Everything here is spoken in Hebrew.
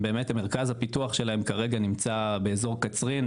והם באמת מרכז הפיתוח שלהם כרגע נמצא באזור קצרין,